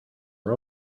are